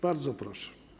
Bardzo proszę.